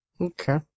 Okay